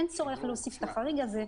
אין צורך להוסיף את החריג הזה,